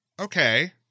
okay